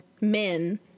men